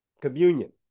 Communion